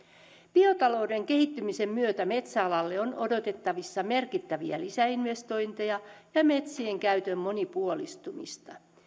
biotalouden kehittymisen myötä metsäalalle on odotettavissa merkittäviä lisäinvestointeja ja metsien käytön monipuolistumista